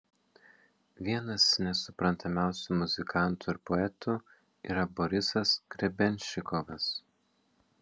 vienas nesuprantamiausių muzikantų ir poetų yra borisas grebenščikovas